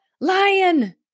lion